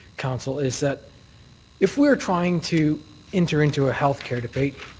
council, is that if we're trying to enter into a health care debate,